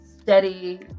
steady